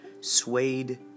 suede